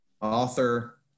author